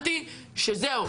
עד אותו יום הבנתי שזהו,